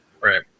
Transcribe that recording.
Right